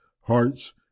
hearts